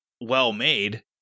well-made